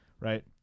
Right